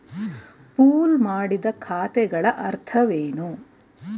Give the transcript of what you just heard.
Pool ಮಾಡಿದ ಖಾತೆಗಳ ಅರ್ಥವೇನು?